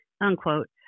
unquote